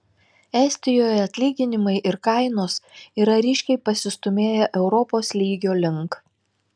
estijoje atlyginimai ir kainos yra ryškiai pasistūmėję europos lygio link